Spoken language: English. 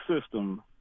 system